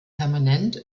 permanent